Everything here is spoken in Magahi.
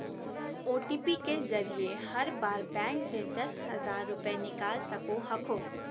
ओ.टी.पी के जरिए हर बार बैंक से दस हजार रुपए निकाल सको हखो